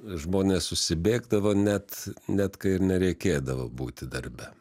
žmonės susibėgdavo net net kai ir nereikėdavo būti darbe